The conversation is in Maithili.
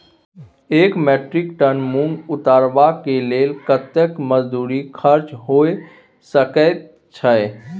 एक मेट्रिक टन मूंग उतरबा के लेल कतेक मजदूरी खर्च होय सकेत छै?